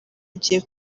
igiye